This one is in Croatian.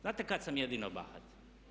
Znate kad sam jedino bahat?